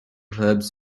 herbs